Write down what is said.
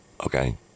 Okay